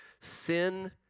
Sin